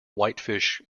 whitefish